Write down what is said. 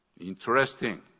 Interesting